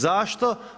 Zašto?